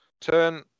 turn